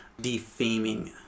defaming